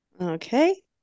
Okay